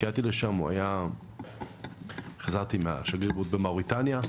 כשהגעתי לשם, חזרתי מהשגרירות במאוריטניה.